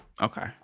Okay